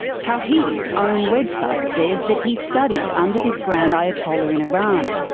tawhidi's own website says that he studied under this grand ayatollah in iran,